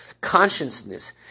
consciousness